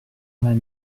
vingt